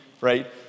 right